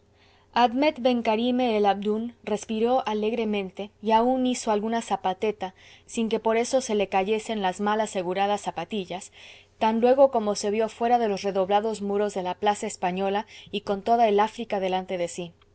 interesante pergamino viii admet ben carime el abdoun respiró alegremente y aun hizo alguna zapateta sin que por eso se le cayesen las mal aseguradas zapatillas tan luego como se vió fuera de los redoblados muros de la plaza española y con toda el áfrica delante de sí